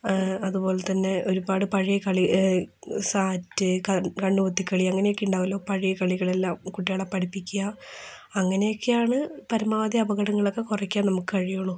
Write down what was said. അതുപോലെത്തന്നെ ഒരുപാട് പഴയ കളി സാറ്റ് കണ്ണുപൊത്തിക്കളി അങ്ങനെയൊക്കെ ഉണ്ടാകുമല്ലോ പഴയ കളികളെല്ലാം കുട്ടികളെ പഠിപ്പിക്കാ അങ്ങനെ ഒക്കെ ആണ് പരമാവധി അപകടങ്ങൾ ഒക്കെ കുറയ്ക്കാൻ നമുക്ക് കഴിയുള്ളൂ